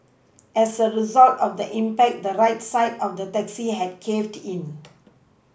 as a result of the impact the right side of the taxi had caved in